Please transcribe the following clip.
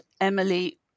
Emily